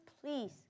please